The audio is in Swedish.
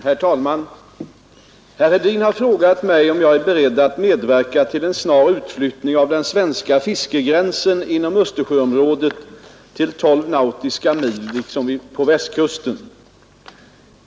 Herr talman! Herr Hedin har frågat mig om jag är beredd att medverka till en snar utflyttning av den svenska fiskegränsen inom Östersjöområdet till 12 nautiska mil liksom på Västkusten.